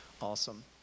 Awesome